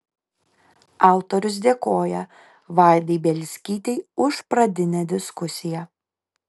autorius dėkoja vaidai bielskytei už pradinę diskusiją